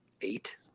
eight